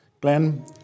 Glenn